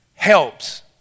Helps